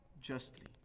justly